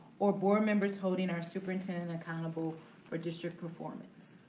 or board members holding our superintendent accountable for district performance?